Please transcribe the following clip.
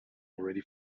already